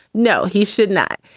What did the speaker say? no, he should not.